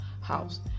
house